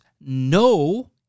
no